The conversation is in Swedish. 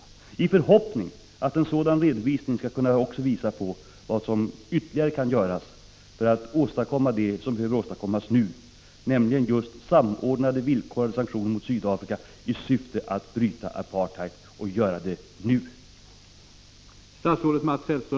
Min förhoppning är att en sådan redovisning också skall ge grund till en konstruktiv diskussion om vad som ytterligare kan göras för att åstadkomma det som behöver åstadkommas, nämligen internationellt samordnade och villkorade sanktioner mot Sydafrika, i syfte att bryta apartheidpolitiken och göra detta nu.